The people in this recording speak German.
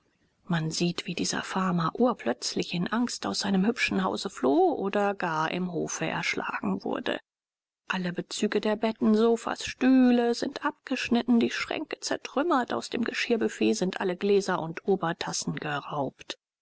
man sieht wie dieser farmer urplötzlich in angst aus seinem hübschen hause floh oder gar im hofe erschlagen wurde alle bezüge der betten sofas stühle sind abgeschnitten die schränke zertrümmert aus dem geschirrbüfett sind alle gläser und obertassen geraubt